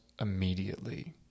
immediately